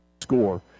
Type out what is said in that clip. score